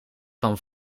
van